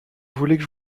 voulez